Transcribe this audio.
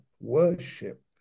worship